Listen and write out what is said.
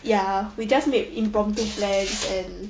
ya we just made impromptu plans and